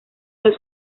los